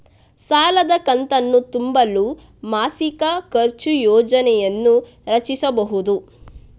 ಸಾಲದ ಕಂತನ್ನು ತುಂಬಲು ಮಾಸಿಕ ಖರ್ಚು ಯೋಜನೆಯನ್ನು ರಚಿಸಿಬಹುದು